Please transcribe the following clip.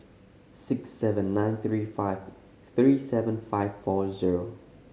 six seven nine three five three seven five four zero